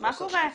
מה קורה,